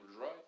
right